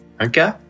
Okay